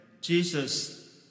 Jesus